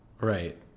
Right